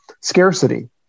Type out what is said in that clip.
scarcity